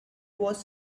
was